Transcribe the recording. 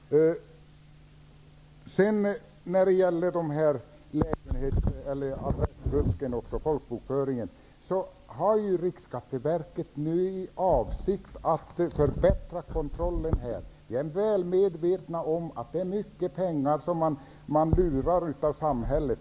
När det gäller fusket med folkbokföringen har Riksskatteverket nu för avsikt att förbättra kontrollen i detta sammanhang. Vi är väl medvetna om att det är mycket pengar som man lurar av samhället.